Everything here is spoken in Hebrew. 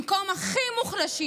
במקום הכי מוחלשים,